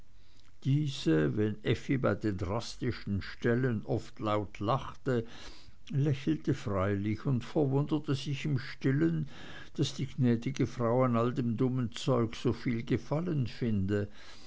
diese wenn effi bei den drastischen stellen oft laut lachte lächelte freilich und verwunderte sich im stillen daß die gnädige frau an all dem dummen zeug soviel gefallen finde